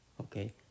okay